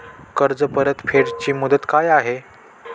कर्ज परतफेड ची मुदत काय आहे?